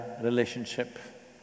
relationship